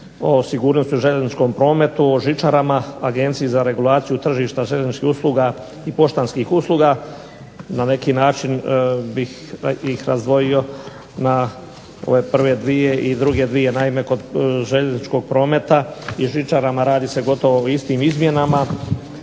o sigurnosti u željezničkom prometu, žičarama, Agenciji za regulaciju tržišta željezničkih usluga, i poštanskih usluga na neki način bih ih razdvojio na prve dvije i druge dvije naime, kod željezničkog prometa i žičarama radi se o gotovo istim izmjenama,